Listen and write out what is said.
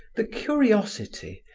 the curiosity,